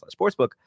Sportsbook